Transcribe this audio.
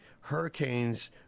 hurricanes